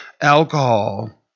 alcohol